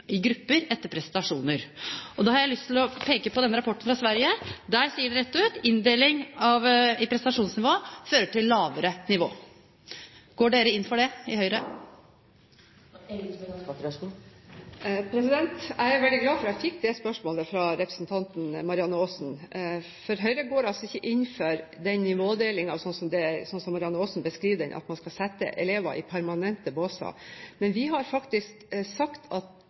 i grupper etter prestasjoner. Der har jeg lyst til å peke på en rapport fra Sverige, der sies det rett ut at inndeling etter prestasjonsnivå fører til lavere nivå. Går dere inn for det, i Høyre? Jeg er veldig glad for at jeg fikk det spørsmålet fra representanten Marianne Aasen. Høyre går altså ikke inn for den nivådelingen, sånn som Marianne Aasen beskriver den, at man skal sette elevene i permanente båser. Vi har sagt at